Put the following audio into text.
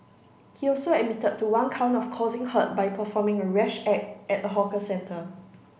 he also admitted to one count of causing hurt by performing a rash act at a hawker centre